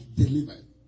delivered